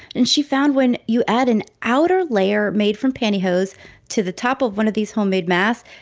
and she found when you add an outer layer made from pantyhose to the top of one of these homemade masks,